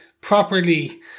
properly